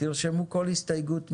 תרשמו כל הסתייגות מהדברים,